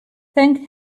thank